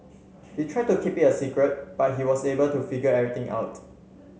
they tried to keep it a secret but he was able to figure everything out